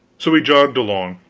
so we jogged along,